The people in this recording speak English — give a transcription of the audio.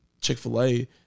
Chick-fil-A